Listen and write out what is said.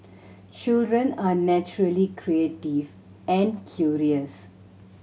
children are naturally creative and curious